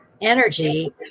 energy